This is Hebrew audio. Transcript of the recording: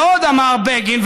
ועוד אמר בגין,